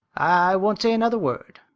i won't say another word,